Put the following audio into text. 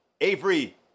Avery